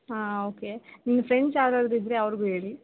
ಹಾಂ ಓಕೆ ನಿಮ್ಮ ಫ್ರೆಂಡ್ಸ್ ಯಾರಾದರು ಇದ್ದರೆ ಅವ್ರಿಗು ಹೇಳಿ